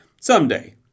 Someday